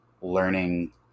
learning